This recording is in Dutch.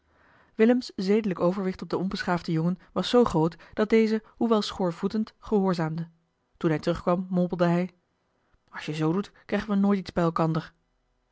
willems zedelijk overwicht op den onbeschaafden jongen was zoo groot dat deze hoewel schoorvoetend gehoorzaamde toen hij terugkwam mompelde hij als je zoo doet krijgen we nooit iets bij elkander